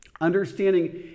understanding